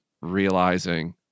realizing